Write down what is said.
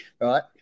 right